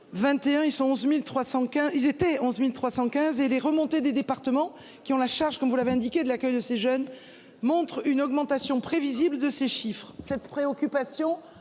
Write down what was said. cas ils était 11.315 et les remontées des départements qui ont la charge comme vous l'avez indiqué, de l'accueil de ces jeunes montrent une augmentation prévisible de ces chiffres cette préoccupation,